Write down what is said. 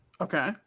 okay